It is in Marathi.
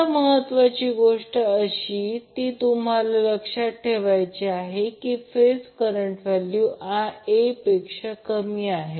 आता महत्त्वाची गोष्ट अशी ती तुम्हाला लक्षात ठेवायची आहे की फेज करंट व्हॅल्यू Ia पेक्षा कमी आहे